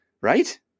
right